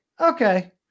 okay